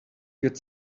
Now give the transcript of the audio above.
get